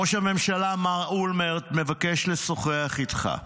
ראש הממשלה מר אולמרט מבקש לשוחח איתך.